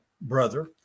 brother